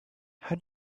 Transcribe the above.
how